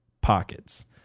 pockets